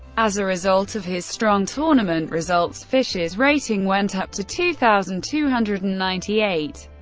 as a result of his strong tournament results, fischer's rating went up to two thousand two hundred and ninety eight,